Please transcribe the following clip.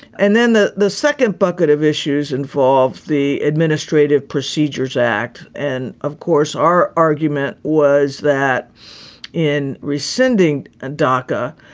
and then the the second bucket of issues involved, the administrative procedures act. and of course, our argument was that in rescinding a dacca,